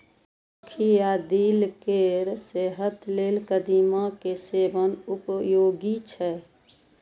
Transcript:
आंखि आ दिल केर सेहत लेल कदीमा के सेवन उपयोगी छै